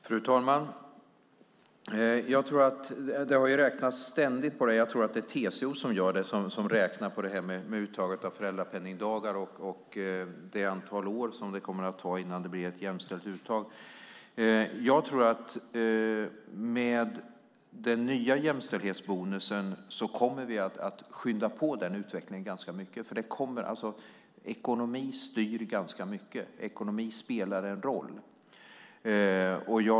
Fru talman! Det räknas ständigt på uttaget av föräldrapenningdagar - jag tror att det är TCO som gör det - och man har räknat hur många år det kommer att ta innan det blir ett jämställt uttag. Jag tror att vi med den nya jämställdhetsbonusen kommer att skynda på den utvecklingen ganska mycket. Ekonomi styr ganska mycket. Ekonomi spelar en roll.